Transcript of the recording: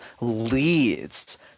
leads